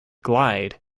glide